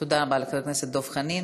תודה רבה לחבר הכנסת דב חנין.